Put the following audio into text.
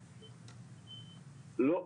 לא,